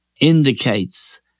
indicates